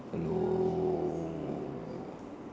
hello